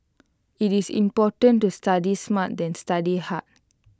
IT is important to study smart than study hard